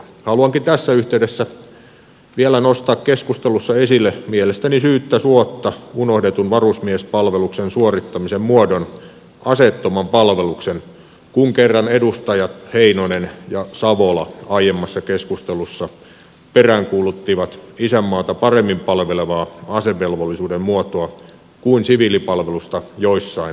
haluankin tässä yhteydessä vielä nostaa keskustelussa esille mielestäni syyttä suotta unohdetun varusmiespalveluksen suorittamisen muodon aseettoman palveluksen kun kerran edustajat heinonen ja savola aiemmassa keskustelussa peräänkuuluttivat isänmaata paremmin palvelevaa asevelvollisuuden muotoa kuin siviilipalvelusta joissain muodoissaan